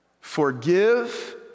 Forgive